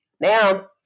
now